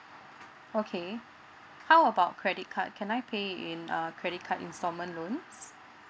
okay how about credit card can I pay in uh credit card instalment loans